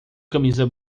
camisa